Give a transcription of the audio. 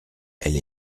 elle